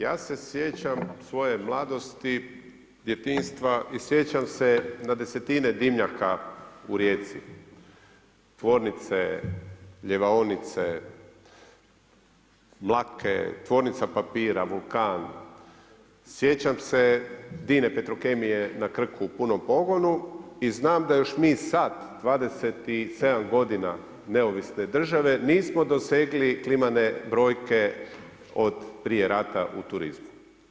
Ja se sjećam svoje mladosti, djetinjstva i sjećam se na desetine dimnjaka u Rijeci, tvornice, ljevaonice, mlake, tvornice papira Vulkan, sjećam se Dine petrokemije na Krku u punom pogonu i znam da mi još sad 27 godina neovisne države, nismo dosegli klimane brojke od prije rata u turizmu.